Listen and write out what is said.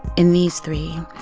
in these three,